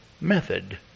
method